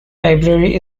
library